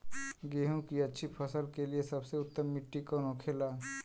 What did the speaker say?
गेहूँ की अच्छी फसल के लिए सबसे उत्तम मिट्टी कौन होखे ला?